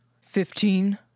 Fifteen